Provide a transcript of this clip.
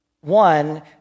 One